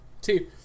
See